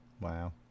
Wow